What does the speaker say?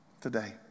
Today